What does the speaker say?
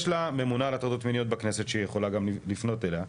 יש לה את הממונה על הטרדות מיניות בכנסת שהיא יכולה גם לפנות אליה,